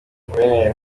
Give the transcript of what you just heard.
guverineri